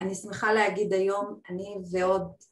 אני שמחה להגיד היום, אני ועוד...